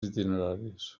itineraris